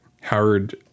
Howard